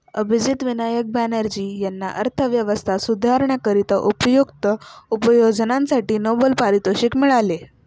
अभिजित विनायक बॅनर्जी यांना अर्थव्यवस्था सुधारण्याकरिता उपयुक्त उपाययोजनांसाठी नोबेल पारितोषिक मिळाले